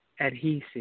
Adhesive